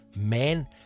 men